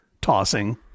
tossing